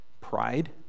pride